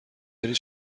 داری